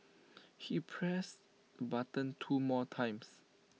he pressed button two more times